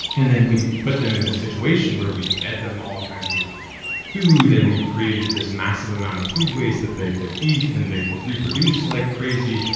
and then we put them in this situation where we've fed them all kinds of food, and we've created this massive amount of food waste that they could eat. and they reproduce like crazy,